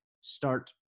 start